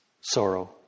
sorrow